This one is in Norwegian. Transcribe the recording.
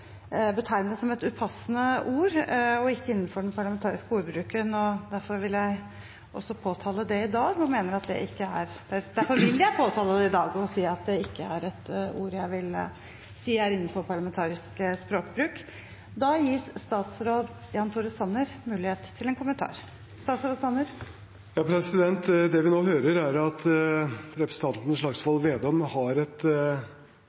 som et upassende ord og er ikke innenfor den parlamentariske ordbruken. Derfor vil jeg påtale det i dag, og si at det ikke er et ord jeg vil si er innenfor parlamentarisk språkbruk. Det vi nå hører, er at